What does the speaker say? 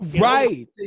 Right